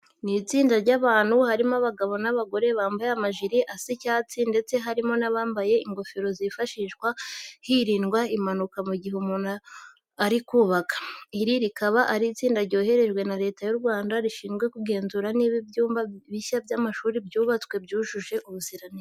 Ni itsinda ry'abantu harimo abagabo n'abagore, bambaye amajire asa icyatsi ndetse harimo n'abambaye ingofero zifashishwa hirindwa impanuka mu gihe umuntu ari kubaka. Iri rikaba ari itsinda ryoherejwe na Leta y'u Rwanda rishinzwe kugenzura niba ibyumba bishya by'amashuri byubatswe byujuje ubuziranenge.